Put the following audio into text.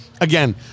Again